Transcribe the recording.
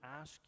ask